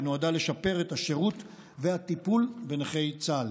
שנועדה לשפר את השירות והטיפול בנכי צה"ל.